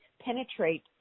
penetrate